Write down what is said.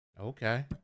okay